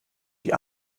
die